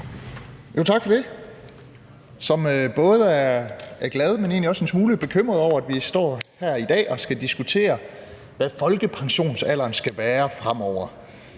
Tak for det. Jeg er både glad, men egentlig også en smule bekymret over, at vi står her i dag og skal diskutere, hvad folkepensionsalderen skal være fremover.